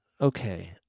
Okay